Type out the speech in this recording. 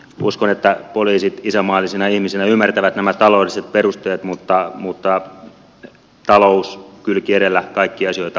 uskon että poliisit isänmaallisina ihmisinä ymmärtävät nämä taloudelliset perusteet mutta talouskylki edellä kaikkia asioita ei voi hoitaa